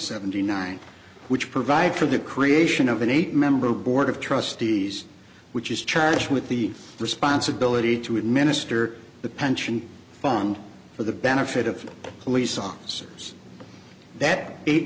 seventy nine which provides for the creation of an eight member board of trustees which is charged with the responsibility to administer the pension fund for the benefit of police officers that eight